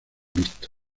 visto